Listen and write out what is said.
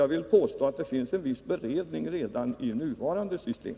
Jag vill påstå att det finns en viss beredning redan i nuvarande system.